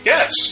Yes